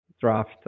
draft